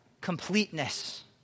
completeness